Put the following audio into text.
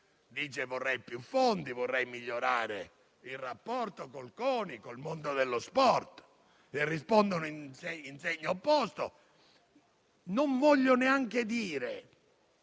che vorrebbe più fondi e vorrebbe migliorare il rapporto con il CONI e con il mondo dello sport: le rispondono in segno opposto. Non voglio neanche dire